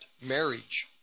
marriage